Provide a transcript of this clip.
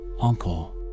uncle